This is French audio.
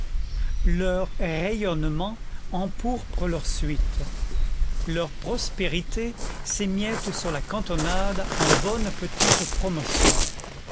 leur rayonnement empourpre leur suite leur prospérité s'émiette sur la cantonade en bonnes petites promotions